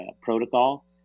protocol